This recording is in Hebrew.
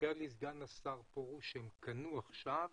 סיפר לי סגן השר פרוש שהם קנו עכשיו